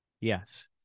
Yes